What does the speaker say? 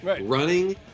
running